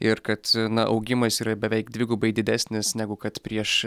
ir kad na augimas yra beveik dvigubai didesnis negu kad prieš